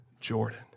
Jordan